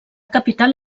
capital